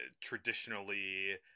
traditionally